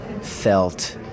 felt